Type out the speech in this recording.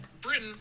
Britain